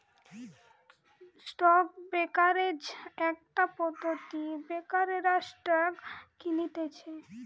stock brokerage একটা পদ্ধতি ব্রোকাররা স্টক কিনতেছে